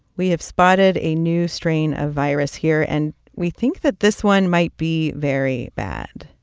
we have spotted a new strain of virus here, and we think that this one might be very bad.